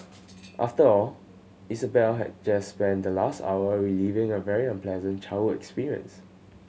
after all Isabel had just spent the last hour reliving a very unpleasant childhood experience